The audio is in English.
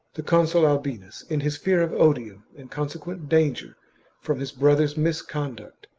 the consul albinus, in his fear of odium and consequent danger from his brother's misconduct,